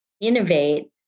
innovate